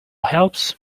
helps